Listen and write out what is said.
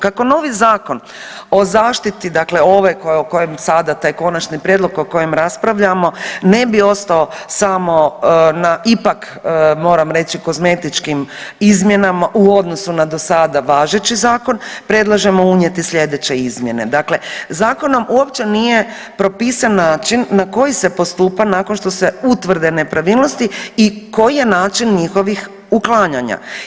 Kako novi Zakon o zaštiti ove dakle ove o kojem sada taj konačni prijedlog o kojem raspravljamo ne bi ostao samo na ipak moram reći kozmetičkim izmjenama u odnosu na do sada važeći zakon, predlažemo unijeti sljedeće izmjene, dakle zakonom uopće nije propisan način na koji se postupa nakon što se utvrde nepravilnosti i koji je način njihovih uklanjanja.